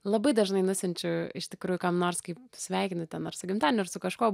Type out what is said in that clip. labai dažnai nusiunčiu iš tikrųjų kam nors kai sveikinu ten ar su gimtadieniu ar su kažkuo